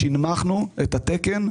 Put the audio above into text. שנמכנו את התקן.